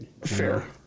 Fair